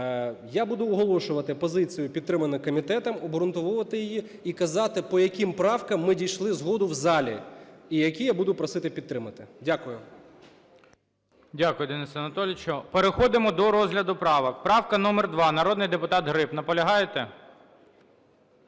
Я буду оголошувати позицію, підтриману комітетом, обґрунтовувати її і казати, по яким правкам ми дійшли згоду в залі, і які я буду просити підтримати. ГОЛОВУЮЧИЙ. Дякую, Денисе Анатолійовичу. Переходимо до розгляду правок. Правка номер 2, народний депутат Гриб. Наполягаєте?